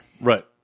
Right